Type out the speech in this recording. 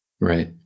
Right